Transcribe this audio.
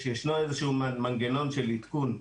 ישנו איזשהו מנגנון של עדכון לשכר,